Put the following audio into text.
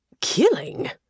Killing